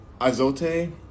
azote